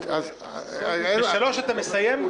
ב-15:00 אתה מסיים?